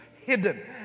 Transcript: hidden